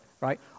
Right